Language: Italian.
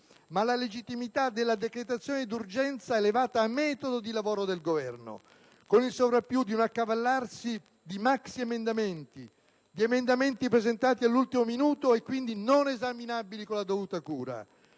ma la legittimità della decretazione d'urgenza elevata a metodo di lavoro del Governo con il sovrappiù di un accavallarsi di maxiemendamenti, di emendamenti presentati all'ultimo minuto e quindi non esaminabili con la dovuta cura;